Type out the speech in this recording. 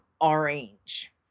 orange